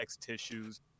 tissues